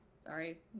Sorry